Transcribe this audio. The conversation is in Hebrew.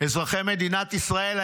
אזרחי מדינת ישראל,